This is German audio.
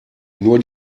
nur